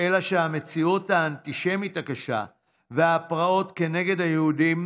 אלא שהמציאות האנטישמית הקשה והפרעות כנגד היהודים